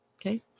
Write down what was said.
Okay